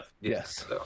Yes